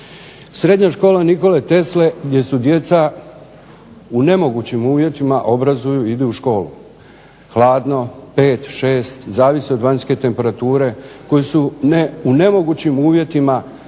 Srednja škola "Nikole Tesle" gdje se djeca u nemogućim uvjetima obrazuju i idu u školu. Hladno, 5, 6 zavisi od vanjske temperature koji su ne, u nemogućim uvjetima sada